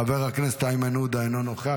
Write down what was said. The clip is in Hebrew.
חבר הכנסת איימן עודה, אינו נוכח.